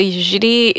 usually